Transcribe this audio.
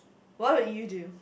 what would you do